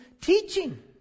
teaching